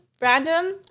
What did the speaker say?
random